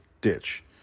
ditch